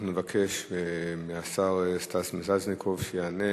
אנחנו נבקש מהשר סטס מיסז'ניקוב שיענה